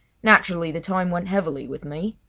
naturally the time went heavily with me.